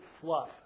fluff